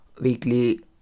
weekly